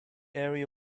area